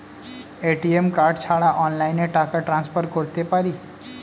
ATM card ছাড়া অনলাইনে টাকা টান্সফার করতে পারি?